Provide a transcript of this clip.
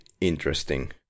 interesting